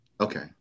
Okay